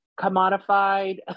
commodified